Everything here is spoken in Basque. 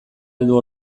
heldu